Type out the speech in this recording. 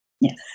Yes